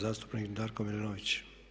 zastupnik Darko Milinović.